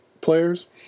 players